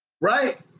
Right